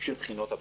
של בחינות הבגרות.